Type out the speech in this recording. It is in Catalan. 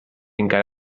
encara